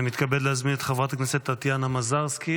אני מתכבד להזמין את חברת הכנסת טטיאנה מזרסקי,